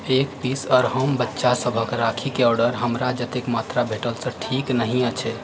एक पीस अर्हम बच्चासभके राखीके ऑर्डर हमरा जतेक मात्रा भेटल से ठीक नहि अछि